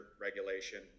regulation